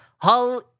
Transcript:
Hall